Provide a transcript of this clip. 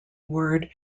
word